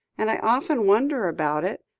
and i often wonder about it.